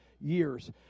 years